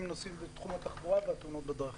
נושאים בתחום התחבורה והתאונות בדרכים.